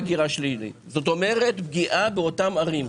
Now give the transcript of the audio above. זאת אומרת, פגיעה באותן ערים.